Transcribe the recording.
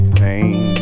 pain